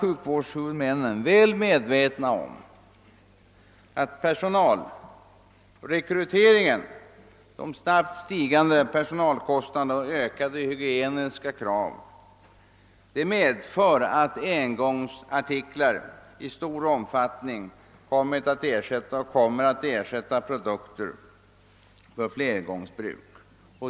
Sjukvårdshuvudmännen är väl medvetna om att svårigheterna med personalrekryteringen, de snabbt stigande kostnaderna och de ökade hygieniska kraven medför att engångsartiklar i stor omfattning kommit och kommer att ersätta produkter för flergångsbruk.